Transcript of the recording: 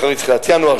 אחרי תחילת ינואר,